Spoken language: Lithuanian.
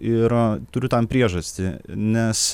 ir turiu tam priežastį nes